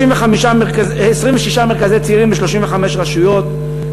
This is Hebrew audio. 26 מרכזי צעירים ב-35 רשויות,